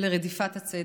ולרדיפת הצדק.